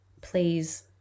please